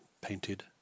painted